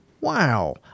Wow